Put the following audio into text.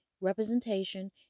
representation